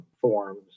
forms